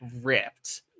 ripped